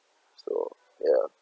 so ya